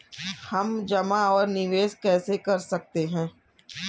हम जमा और निवेश कैसे कर सकते हैं?